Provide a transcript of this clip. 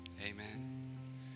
amen